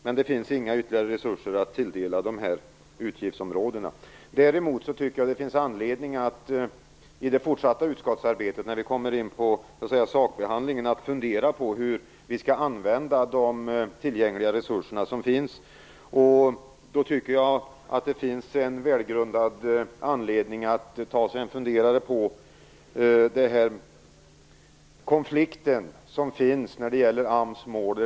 Men det finns inga ytterligare resurser att tilldela dessa utgiftsområden. Däremot finns det anledning när vi i det fortsatta utskottsarbetet kommer in på sakbehandlingen att fundera på hur vi skall använda de tillgängliga resurser som finns. Det finns en välgrundad anledning att ta sig en funderare på den konflikt som finns när det gäller AMS mål.